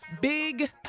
big